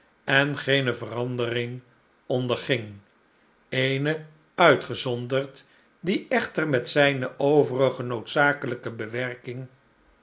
en geene verandering onderging e ene uitgezonderd die echter met zijne overige noodzakelijke bewerking